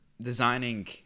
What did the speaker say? designing